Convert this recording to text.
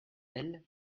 elles